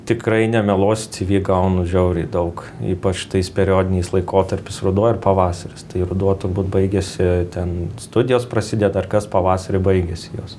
tikrai nemeluosiu ci vi gaunu žiauriai daug ypač tais periodiniais laikotarpis ruduo ir pavasaris tai ruduo turbūt baigiasi ten studijos prasideda ir kas pavasarį baigiasi jos